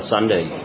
Sunday